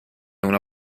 una